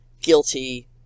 guilty